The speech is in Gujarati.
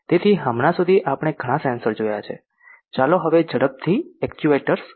તેથી હમણાં સુધી આપણે ઘણાં સેન્સર જોયા છે ચાલો હવે ઝડપથી એક્ચ્યુએટર્સ જોઈએ